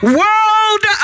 world